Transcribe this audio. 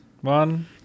One